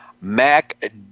Mac